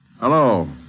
Hello